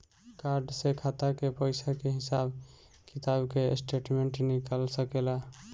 Card से खाता के पइसा के हिसाब किताब के स्टेटमेंट निकल सकेलऽ?